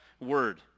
word